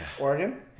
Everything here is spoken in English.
Oregon